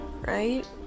right